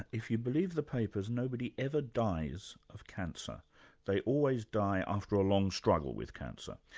if you believe the papers, nobody ever dies of cancer they always die after a long struggle with cancer.